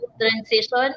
transition